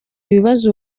ibibazo